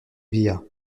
via